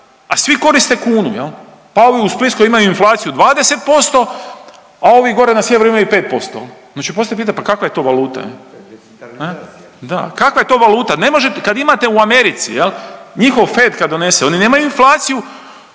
a svi koriste kunu, pa ovi u splitskoj imaju inflaciju 20%, a ovi gore na sjeveru imaju 5%. Znači … pa kakva je to valuta, da kakva je to valuta? Kad imate u Americi njihov FED kad donese oni nemaju inflaciju